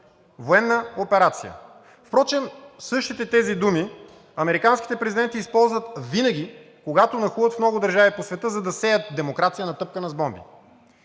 „военна операция“. Впрочем същите тези думи американските президенти използват винаги, когато нахлуват в много държави по света, за да сеят демокрация, натъпкана с бомби.